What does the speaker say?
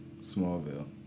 Smallville